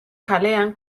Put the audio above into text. kalean